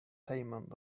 payment